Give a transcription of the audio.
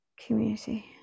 Community